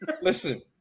Listen